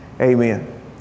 Amen